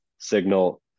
signal